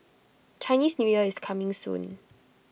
Chinese New Year is coming soon